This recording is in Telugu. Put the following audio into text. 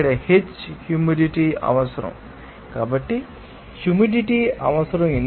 ఇక్కడ హెచ్ హ్యూమిడిటీ అవసరం కాబట్టి హ్యూమిడిటీ అవసరం